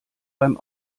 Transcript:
beim